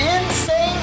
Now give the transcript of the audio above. Insane